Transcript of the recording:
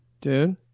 Dude